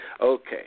Okay